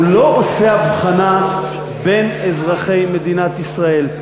הוא לא עושה הבחנה בין אזרחי מדינת ישראל,